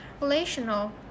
relational